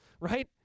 right